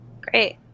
Great